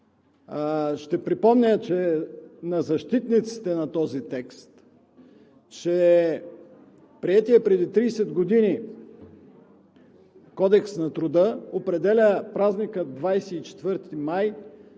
Ще припомня на защитниците на този текст, че приетият преди 30 години Кодекс на труда, определя празника 24 май